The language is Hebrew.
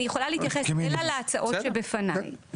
אני יכולה להתייחס אלא להצעות שבפניי.